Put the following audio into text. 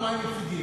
לא מה הם מציגים.